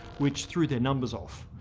which threw their numbers off.